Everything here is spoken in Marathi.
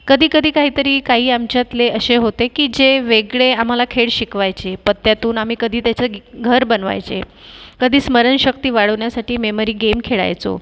कधीकधी काहीतरी काही आमच्यातले असे होते की जे वेगळे आम्हाला खेळ शिकवायचे पत्त्यातून आम्ही कधी त्याचं ग घर बनवायचे कधी स्मरणशक्ती वाढवण्यासाठी मेमरी गेम खेळायचो